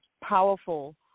powerful